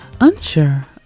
unsure